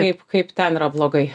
kaip kaip ten yra blogai